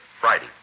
Friday